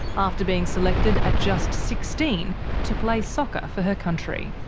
after being selected at just sixteen to play soccer for her country.